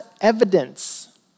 evidence